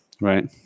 Right